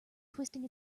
twisting